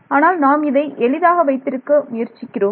ஆனால் நாம் இதை எளிதாக வைத்திருக்க முயற்சிக்கிறோம்